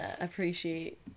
appreciate